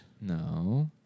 No